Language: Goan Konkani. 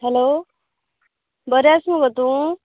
हॅलो बरें आसा मुगो तूं